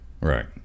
right